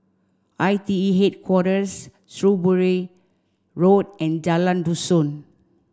I T E Headquarters Shrewsbury Road and Jalan Dusun